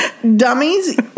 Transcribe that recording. dummies